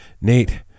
Nate